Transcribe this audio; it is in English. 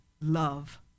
love